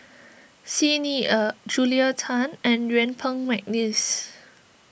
Xi Ni Er Julia Tan and Yuen Peng McNeice